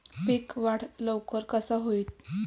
पीक वाढ लवकर कसा होईत?